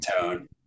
tone